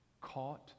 caught